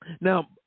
Now